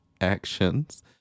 actions